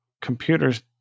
computers